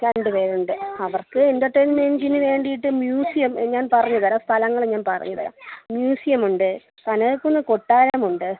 രണ്ടുപേരുണ്ട് അവർക്ക് എൻ്റർടെയിൻമെൻ്റിനു വേണ്ടിയിട്ട് മ്യുസിയം ഞാൻ പറഞ്ഞുതരാം സ്ഥലങ്ങൾ ഞാൻ പറഞ്ഞു തരാം മ്യുസിയമുണ്ട് കനകക്കുന്ന് കൊട്ടാരമുണ്ട്